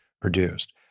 produced